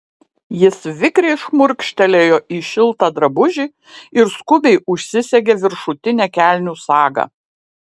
jis vikriai šmurkštelėjo į šiltą drabužį ir skubiai užsisegė viršutinę kelnių sagą